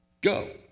Go